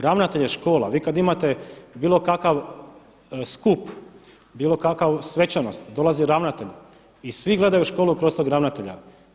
Ravnatelje škola, vi kad imate bilo kakav skup, bilo kakvu svečanost dolazi ravnatelj i svi gledaju školu kroz tog ravnatelja.